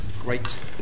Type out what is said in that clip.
great